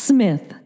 Smith